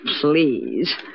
please